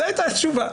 זו הייתה התשובה.